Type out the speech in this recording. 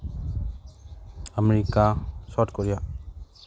America South Korea